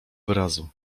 wyrazu